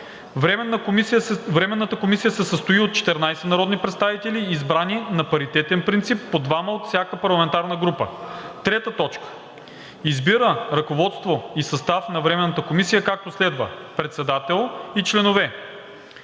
Временната комисия се състои от 14 народни представители, избрани на паритетен принцип – по двама от всяка парламентарна група. 3. Избира ръководство и състав на Временната комисия, както следва: Председател:… Членове:…